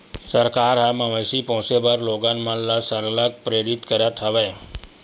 सरकार ह मवेशी पोसे बर लोगन मन ल सरलग प्रेरित करत हवय